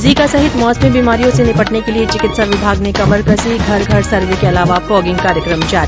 Zika सहित मौसमी बीमारियों से निपटने के लिए चिकित्सा विभाग ने कमर कसी घर घर सर्वे के अलावा फोगिंग कार्यक्रम जारी